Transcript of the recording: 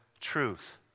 truth